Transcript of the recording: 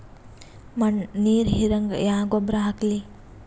ಮಣ್ಣ ನೀರ ಹೀರಂಗ ಯಾ ಗೊಬ್ಬರ ಹಾಕ್ಲಿ?